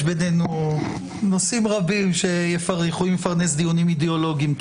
יש בינינו נושאים רבים שיכולים לפרנס דיונים אידיאולוגיים.